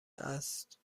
است